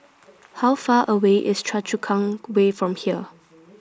How Far away IS Choa Chu Kang Way from here